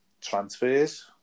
transfers